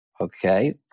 okay